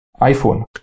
iPhone